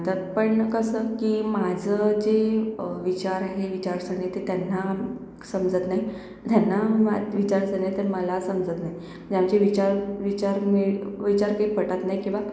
तर पण कसं की माझं जे विचार आहे विचारसरणी ते त्यांना समजत नाही त्यांना म विचारसरणी तर मला समजत नाही म्हणजे आमचे विचार विचार मिळ विचार काही पटत नाही किंवा